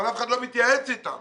אבל אף אחד לא מתייעץ אתם.